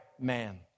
man